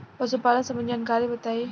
पशुपालन सबंधी जानकारी बताई?